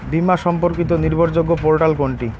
বীমা সম্পর্কিত নির্ভরযোগ্য পোর্টাল কোনটি?